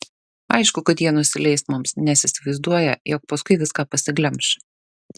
aišku kad jie nusileis mums nes įsivaizduoja jog paskui viską pasiglemš